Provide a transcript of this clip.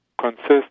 consists